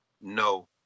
No